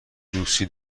دوستی